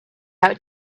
out